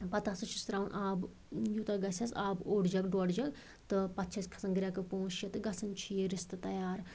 پتہٕ ہسا چھُس تراوان آبہٕ یوٗتاہ گژھٮ۪س آبہٕ اوٚڑ جَگ ڈوٚڑ جَگ تہٕ پتہٕ چھَس کھسان گرٮ۪کہٕ پانٛژھ شےٚ تہٕ گژھان چھِ یہِ رِستہٕ تیار